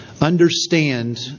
understand